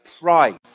price